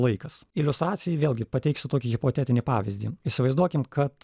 laikas iliustracijai vėlgi pateiksiu tokį hipotetinį pavyzdį įsivaizduokim kad